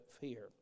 fear